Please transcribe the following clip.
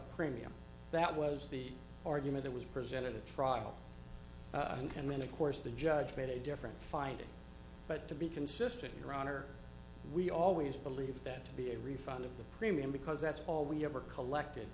premium that was the argument that was presented at trial and then of course the judge made a different finding but to be consistent your honor we always believe that to be a refund of the premium because that's all we ever collected